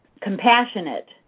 compassionate